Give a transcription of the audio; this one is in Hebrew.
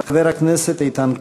חבר הכנסת איתן כבל.